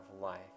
life